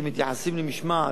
שמתייחסים למשמעת,